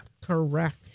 Correct